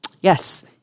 Yes